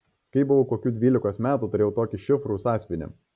kai buvau kokių dvylikos metų turėjau tokį šifrų sąsiuvinį